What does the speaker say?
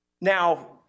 Now